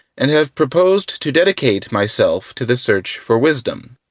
and have proposed to dedicate myself to the search for wisdom,